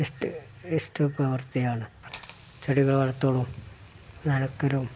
ഇഷ്ട ഇഷ്ട പ്രവർത്തിയാണ് ചെടികളെ വളർത്തലും നനക്കലും ഒരു